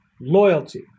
loyalty